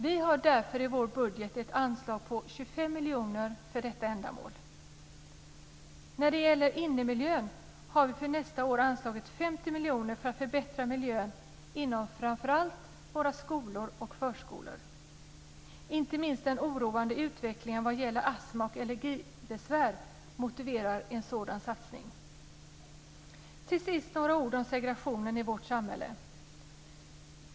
Vi har därför i vår budget ett anslag på 25 miljoner för detta ändamål. När det gäller innemiljön har vi för nästa år anslagit 50 miljoner för att förbättra miljön inom framför allt våra skolor och förskolor. Inte minst den oroande utvecklingen vad gäller astma och allergibesvär motiverar en sådan satsning. Till sist några ord om segregationen i vårt samhälle.